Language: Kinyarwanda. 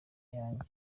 ayanjye